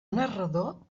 narrador